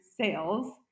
sales